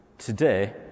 Today